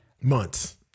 months